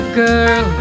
girl